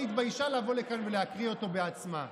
התביישה לבוא לכאן ולהקריא אותו בעצמה.